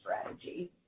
strategy